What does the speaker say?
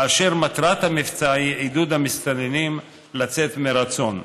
ומטרת המבצע היא עידוד המסתננים לצאת מרצון.